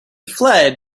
fled